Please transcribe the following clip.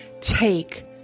take